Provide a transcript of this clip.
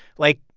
like,